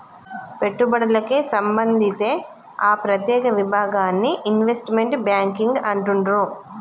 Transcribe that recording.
పెట్టుబడులకే సంబంధిత్తే ఆ ప్రత్యేక విభాగాన్ని ఇన్వెస్ట్మెంట్ బ్యేంకింగ్ అంటుండ్రు